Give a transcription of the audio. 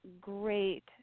great